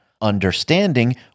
understanding